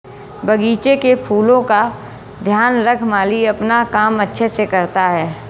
बगीचे के फूलों का ध्यान रख माली अपना काम अच्छे से करता है